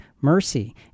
mercy